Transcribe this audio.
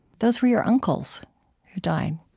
those were your uncles who died.